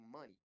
money